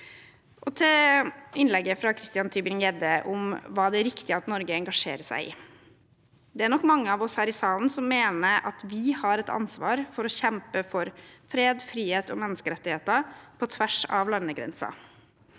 Til innlegget fra Christian Tybring-Gjedde om hva det er riktig at Norge engasjerer seg i: Det er nok mange av oss her i salen som mener at vi har et ansvar for å kjempe for fred, frihet og menneskerettigheter på tvers av landegrenser,